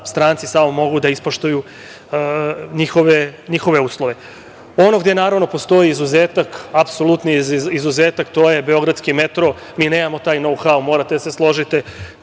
stranci samo mogu da ispoštuju njihove uslove. Ono gde postoji izuzetak, apsolutni izuzetak, to je „Beogradski metro“. Mi nemamo taj „nou-hau“, morate da se složite.